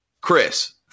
Chris